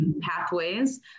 pathways